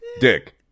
Dick